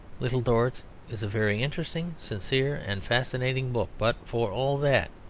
little dorrit is a very interesting, sincere, and fascinating book. but for all that,